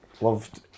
loved